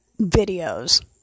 videos